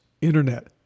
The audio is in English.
internet